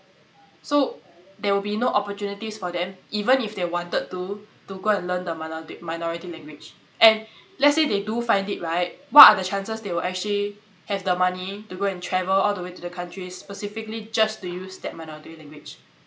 so there will be no opportunities for them even if they wanted to to go and learn the mino~ minority language and let's say they do find it right what are the chances they will actually have the money to go and travel all the way to the country specifically just to use that minority language